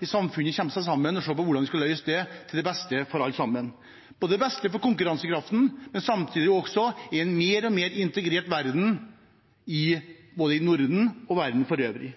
i samfunnet kommer sammen og ser på hvordan man skal løse det til beste for alle. Det er til beste for konkurransekraften i en mer og mer integrert verden, både i Norden og i verden for øvrig.